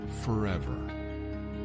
forever